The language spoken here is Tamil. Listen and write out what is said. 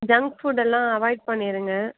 ஜங்க் ஃபுட்டெல்லாம் அவாய்ட் பண்ணியிருங்க